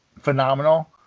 phenomenal